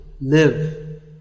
live